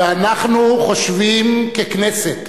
ואנחנו חושבים, ככנסת,